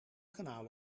kanaal